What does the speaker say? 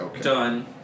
done